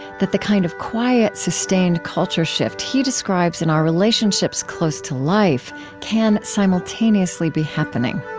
that the kind of quiet sustained culture shift he describes in our relationships close to life can simultaneously be happening